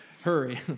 hurry